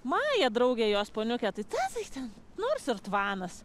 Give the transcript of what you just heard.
maja draugė jos poniuke tai ta tai ten nors ir tvanas